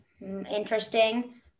interesting